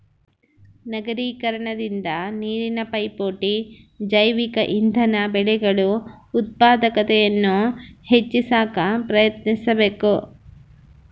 ನಗರೀಕರಣದಿಂದ ನೀರಿನ ಪೈಪೋಟಿ ಜೈವಿಕ ಇಂಧನ ಬೆಳೆಗಳು ಉತ್ಪಾದಕತೆಯನ್ನು ಹೆಚ್ಚಿ ಸಾಕ ಪ್ರಯತ್ನಿಸಬಕು